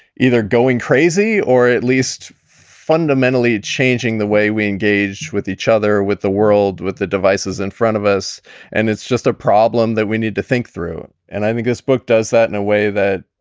either going crazy or at least fundamentally changing the way we engage with each other, with the world, with the devices in front of us and it's just a problem that we need to think through and i think this book does that in a way that,